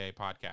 podcast